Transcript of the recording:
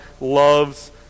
loves